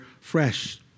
fresh